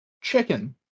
Chicken